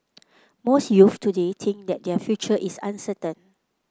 most youth today think that their future is uncertain